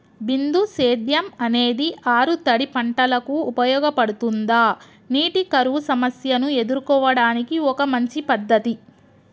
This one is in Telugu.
బిందు సేద్యం అనేది ఆరుతడి పంటలకు ఉపయోగపడుతుందా నీటి కరువు సమస్యను ఎదుర్కోవడానికి ఒక మంచి పద్ధతి?